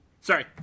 Sorry